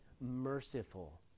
merciful